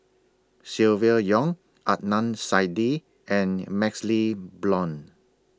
Silvia Yong Adnan Saidi and MaxLe Blond